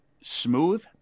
smooth